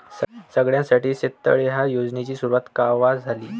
सगळ्याइसाठी शेततळे ह्या योजनेची सुरुवात कवा झाली?